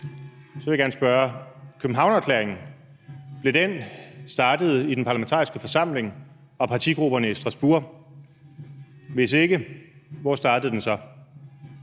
Så vil jeg gerne spørge: Blev Københavnererklæringen startet i den parlamentariske forsamling og partigrupperne i Strasbourg? Og hvis ikke, hvor startede den så?